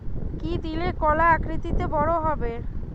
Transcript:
কি দিলে কলা আকৃতিতে বড় হবে?